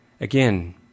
Again